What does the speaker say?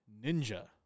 Ninja